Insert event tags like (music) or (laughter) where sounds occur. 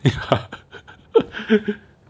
(laughs)